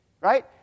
Right